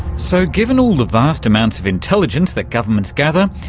so given all the vast amounts of intelligence that governments gather,